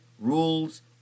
rules